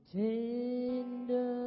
tender